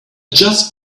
just